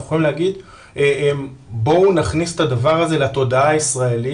יכולים להגיד 'בואו נכניס את הדבר הזה לתודעה הישראלית,